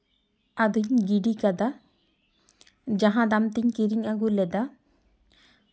ᱟᱫᱚᱧ ᱜᱤᱰᱤ ᱠᱟᱫᱟ ᱡᱟᱦᱟᱸ ᱫᱟᱢ ᱛᱮᱧ ᱠᱤᱨᱤᱧ ᱟᱜᱩ ᱞᱮᱫᱟ